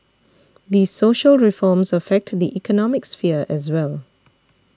the social reforms affectly economic sphere as well